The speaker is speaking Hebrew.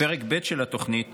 בפרק ב' של התוכנית